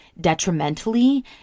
detrimentally